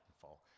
fall